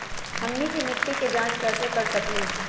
हमनी के मिट्टी के जाँच कैसे कर सकीले है?